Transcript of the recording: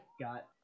got